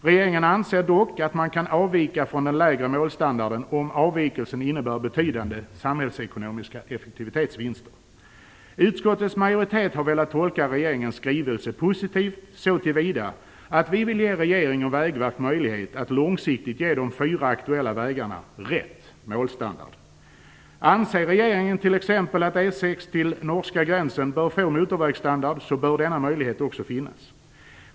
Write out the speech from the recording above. Regeringen anser dock att man kan avvika från den lägre målstandarden om avvikelsen innebär betydande samhällsekonomiska effektivitetsvinster. Utskottets majoritet har velat tolka regeringens skrivelse positivt så till vida att vi vill ge regeringen och Vägverket en möjlighet att långsiktigt ge de fyra aktuella vägarna rätt målstandard. Anser regeringen t.ex. att E 6 till norska gränsen bör få motorvägsstandard bör denna möjlighet också finnas.